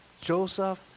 Joseph